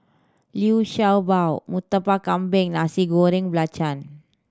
Liu Sha Bao Murtabak Kambing Nasi Goreng Belacan